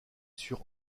sur